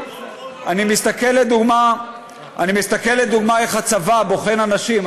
אני מסתכל לדוגמה איך הצבא בוחן אנשים,